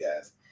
guys